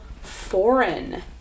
foreign